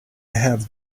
have